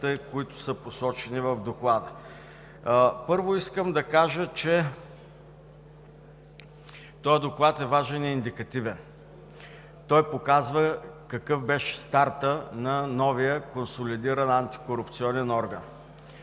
които са посочени в Доклада. Първо, искам да кажа, че този доклад е важен и индикативен. Той показва какъв беше стартът на новия консолидиран антикорупционен орган.